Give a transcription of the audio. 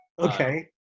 Okay